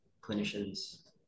clinicians